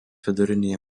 vidurinėje